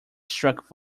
struck